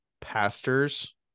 pastors